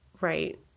right